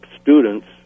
students